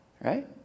right